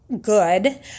good